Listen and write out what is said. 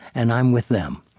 and i'm with them.